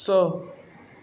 स